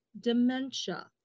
dementia